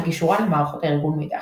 וקישורן למערכות הארגון מאידך.